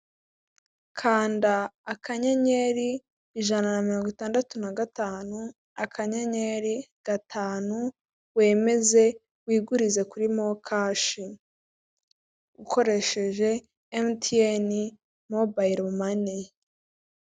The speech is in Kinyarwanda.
Kanda akanyenyeri ijana na mirongo itandatu na gatanu akanyenyeri gatanu wemeze wigurize kuri mokashi ukoresheje MTN mobile money.